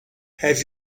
have